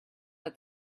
that